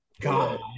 god